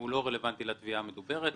הוא לא רלוונטי לתביעה המדוברת.